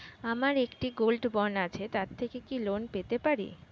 আমার একটি gold bond আছে তার থেকে কি লোন পেতে পারি?